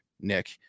Nick